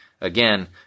again